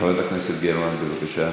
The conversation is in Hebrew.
חברת הכנסת גרמן, בבקשה.